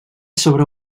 sobre